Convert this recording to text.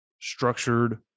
structured